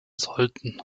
sollten